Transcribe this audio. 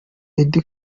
eddy